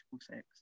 sex